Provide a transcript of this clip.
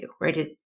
right